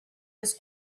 was